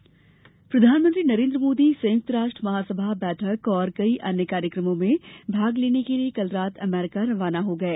मोदी यात्रा प्रधानमंत्री नरेन्द्र मोदी संयुक्त राष्ट्र महासभा बैठक और कई अन्य कार्यक्रमों में भाग लेने के लिए कल रात अमरीका रवाना हो गए